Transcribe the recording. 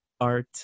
art